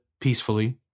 Peacefully